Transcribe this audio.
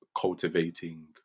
cultivating